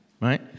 right